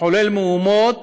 לחולל מהומות